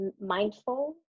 mindful